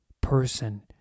person